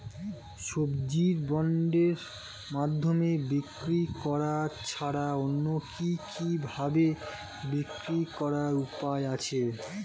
সবজি বন্ডের মাধ্যমে বিক্রি করা ছাড়া অন্য কি কি ভাবে বিক্রি করার উপায় আছে?